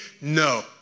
no